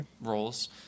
roles